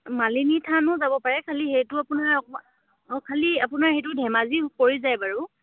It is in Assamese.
মালিনী থানো যাব পাৰে খালি সেইটো আপোনাৰ অকণমান অঁ খালি আপোনাৰ সেইটো ধেমাজি পৰি যায় বাৰু